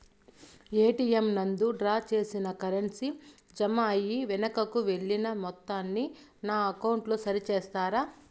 ATM నందు draw చేసిన currency jam అయి వెనుకకు వెళ్లిన మొత్తాన్ని నా అకౌంట్ లో సరి చేస్తారా?